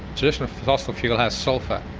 traditional fossil fuel has sulphur.